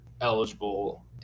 eligible